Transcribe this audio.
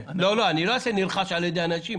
אין אפשרות להגיד "נרכש על ידי אנשים"?